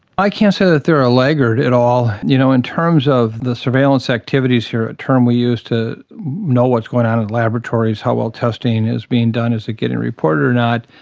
i can't say that they are a laggard at all. you know, in terms of the surveillance activities here, a term we use to know what's going on in laboratories, how well testing is being done, is it getting reported or not,